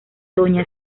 doña